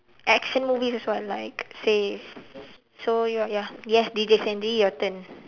action movies is one like says so you are ya yes D_J sandy your turn